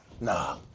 nah